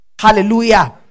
Hallelujah